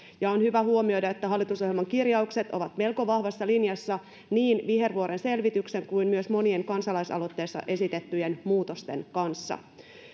on hyvä huomioida että hallitusohjelman kirjaukset ovat melko vahvassa linjassa niin vihervuoren selvityksen kuin myös monien kansalaisaloitteessa esitettyjen muutosten kanssa